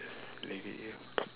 leave it here